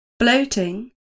Bloating